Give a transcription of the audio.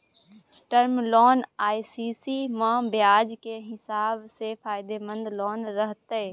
Term loan आ CC म ब्याज के हिसाब से फायदेमंद कोन रहते?